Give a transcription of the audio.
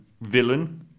villain